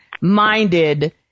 minded